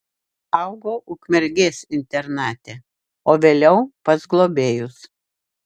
augau ukmergės internate o vėliau pas globėjus